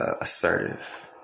assertive